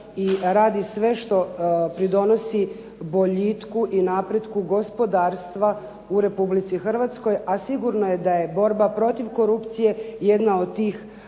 i radi sve što pridonosi boljitku i napretku gospodarstva u Republici Hrvatskoj, a sigurno je da je borba protiv korupcije jedna od tih